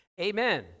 Amen